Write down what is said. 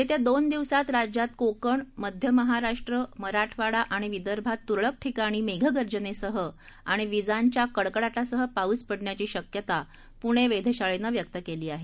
येत्या दोन दिवसाता राज्यात कोकण मध्य महाराष्ट्र मराठवाडा आणि विदर्भात तुरळक ठिकाणी मेघगर्जनेसह आणि विजांच्या कडकडाटासह पाऊस पड्ण्याची शक्यता पुणे वेधशाळेनं व्यक्त केली आहे